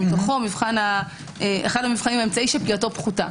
בתוכו, אחד המבחנים שפגיעתו פחות.